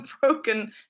broken